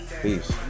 Peace